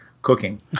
Cooking